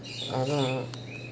ya lah